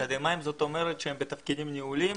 אקדמאיים, זאת אומרת שהם בתפקידים ניהוליים?